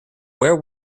where